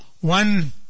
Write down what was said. one